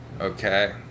Okay